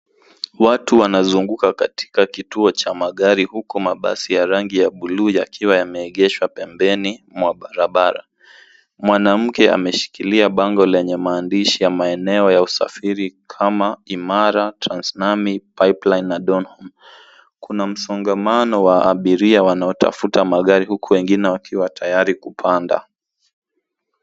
Watu wanazunguka katika kituo cha magari huku mabasi ya rangi ya buluu yakiwa yameegeshwa pembeni mwa barabara. Mwanamke ameshkilia bango lenye maandishi ya maeneo ya usafiri kama Imara, Transnami, Pipeline na Donholm. Kuna msongamano wa abiria wanaotafuta magari huku wengine wakiwa tayari kupanda.